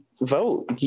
vote